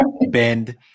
bend